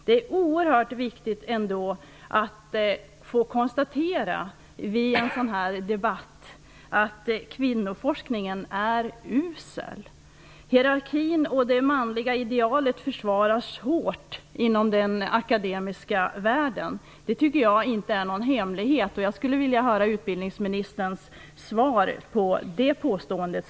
Det är oerhört viktigt att vid en sådan här debatt kunna konstatera att kvinnoforskningen är usel. Hierarkin och det manliga idealet försvaras hårt inom den akademiska världen. Jag tycker inte att det är någon hemlighet. Jag skulle vilja höra utbildningsministerns reaktion på det påståendet.